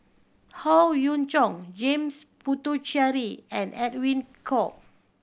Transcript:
Howe Yoon Chong James Puthucheary and Edwin Koek